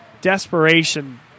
Desperation